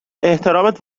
احترامت